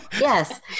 Yes